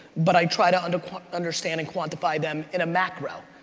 but i try to and understand and quantify them in a macro.